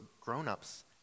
grown-ups